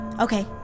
Okay